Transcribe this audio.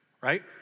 right